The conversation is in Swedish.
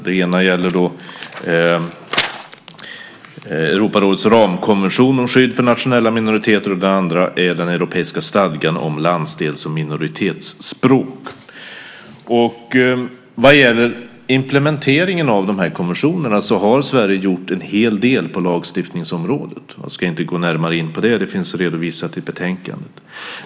Den ena är Europarådets ramkonvention om skydd för nationella minoriteter, och den andra är den europeiska stadgan om landsdels och minoritetsspråk. Vad gäller implementeringen av dessa konventioner har Sverige gjort en hel del på lagstiftningsområdet. Jag ska inte gå in närmare på det. Det finns redovisat i betänkandet.